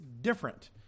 different